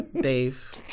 Dave